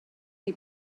neu